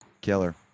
Killer